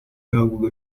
ihabwa